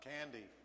Candy